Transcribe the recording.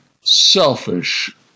selfish